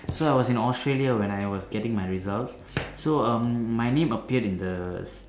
so I was in Australia when I was getting my results so um my name appeared in the